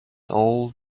old